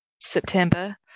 September